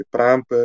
Pramp